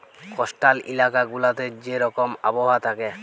coastal ইলাকা গুলাতে যে রকম আবহাওয়া থ্যাকে